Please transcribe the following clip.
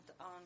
on